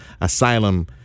asylum